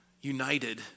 united